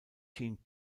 jean